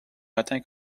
matin